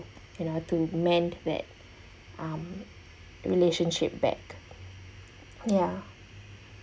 you know to mend that um relationship back ya